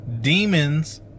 demons